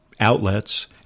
Outlets